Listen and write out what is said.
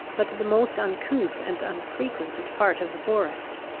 but the most uncouth and unfrequented part of the forest.